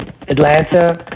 Atlanta